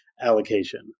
allocation